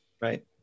right